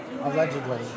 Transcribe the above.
allegedly